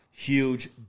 Huge